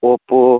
Oppo